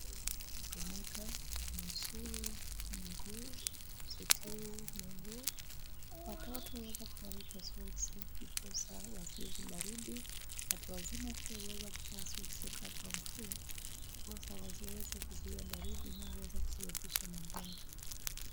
Huweza kutumika kumisuru miguu, kusitiri miguu. Watoto huweza kufarishwa soksi, ndiposa wasikize baridi. Watu wazima pia huweza kuva soksi wakati wa mvua, ndiposa waweze kuzuia baridi inavyoweza kusababisha magonjwa.